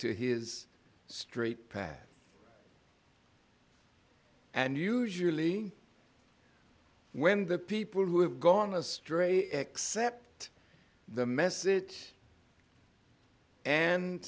to his straight path and usually when the people who have gone astray accept the message and